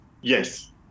Yes